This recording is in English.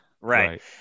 Right